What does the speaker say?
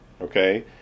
Okay